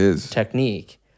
technique